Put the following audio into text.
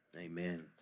Amen